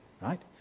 right